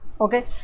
okay